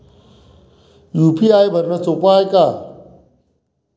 UPI भरनं सोप हाय का?